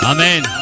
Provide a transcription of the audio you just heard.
Amen